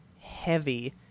heavy